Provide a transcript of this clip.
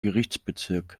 gerichtsbezirk